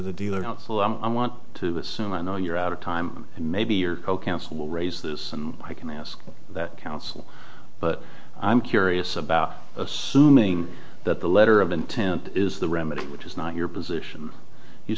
the dealer counsel i want to assume i know you're out of time and maybe your co counsel will raise this and i can ask that counsel but i'm curious about assuming that the letter of intent is the remedy which is not your position you